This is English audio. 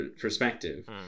perspective